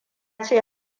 ce